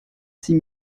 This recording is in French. six